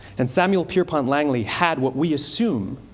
and samuel pierpont langley had, what we assume,